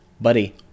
buddy